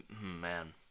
man